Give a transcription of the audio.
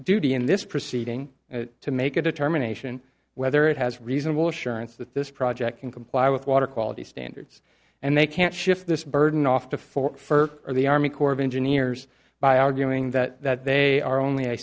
duty in this proceeding to make a determination whether it has reasonable assurance that this project can comply with water quality standards and they can't shift this burden off before for the army corps of engineers by arguing that they are only a